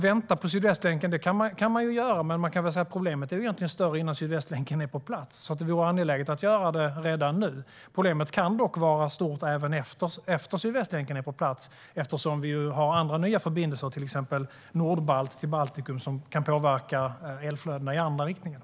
Vänta på Sydvästlänken kan man i och för sig göra, men problemet är egentligen större innan den är på plats. Det är angeläget att göra detta redan nu. Problemet kan dock vara stort även efter att Sydvästlänken kommit på plats, eftersom vi har andra nya förbindelser, till exempel Nordbalt till Baltikum, som kan påverka elflödena i den andra riktningen.